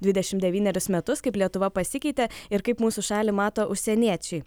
dvidešimt devynerius metus kaip lietuva pasikeitė ir kaip mūsų šalį mato užsieniečiai